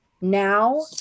now